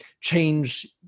change